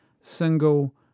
single